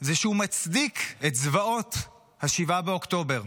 זה שהוא מצדיק את זוועות 7 באוקטובר.